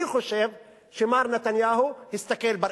אני חושב שמר נתניהו הסתכל בראי,